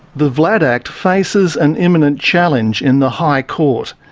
the vlad act faces an imminent challenge in the high court.